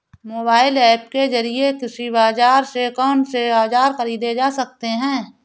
Mobile app के जरिए कृषि बाजार से कौन से औजार ख़रीदे जा सकते हैं?